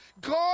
God